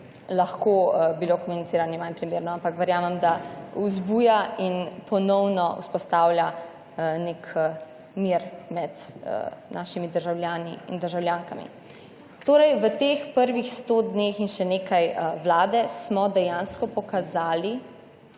lahko bilo komuniciranje manj primerno. Ampak verjamem, da vzbuja in ponovno vzpostavlja nek mir med našimi državljani in državljankami. Torej v teh prvih 100 dneh in še nekaj Vlade smo dejansko pokazali,